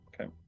Okay